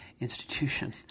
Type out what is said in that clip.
institution